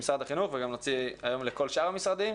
ונוציא היום גם לשאר המשרדים,